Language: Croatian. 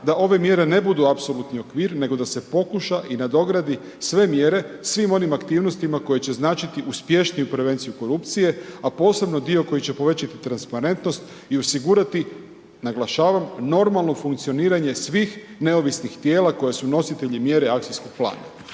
da ove mjere ne budu apsolutni okvir, nego da se pokuša i nadogradi sve mjere svim onim aktivnostima koje će značiti uspješniju prevenciju korupcije, a posebno dio koji će povećati transparentnost i osigurati, naglašavam, normalno funkcioniranje svih neovisnih tijela koje su nositelji mjere akcijskog plana.